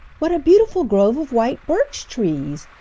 what a beautiful grove of white birch trees!